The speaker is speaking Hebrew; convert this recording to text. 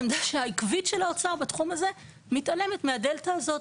העמדה העקבית של האוצר בתחום הזה מתעלמת מהדלתא הזאת.